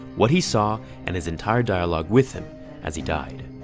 what he saw, and his entire dialogue with him as he died.